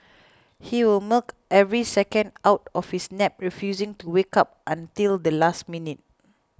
he will milk every second out of his nap refusing to wake up until the last minute